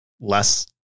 less